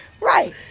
Right